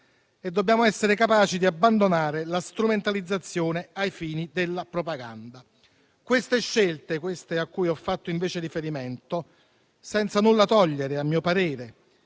e dobbiamo essere capaci di abbandonare la strumentalizzazione ai fini della propaganda. Le scelte cui ho fatto invece riferimento, senza nulla togliere, a mio parere,